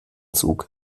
zug